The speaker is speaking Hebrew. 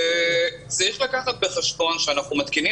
צריך לקחת בחשבון שכאשר אנחנו מתקינים